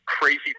crazy